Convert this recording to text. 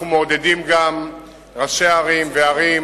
אנחנו מעודדים גם ראשי ערים וערים